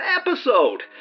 episode